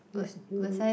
use you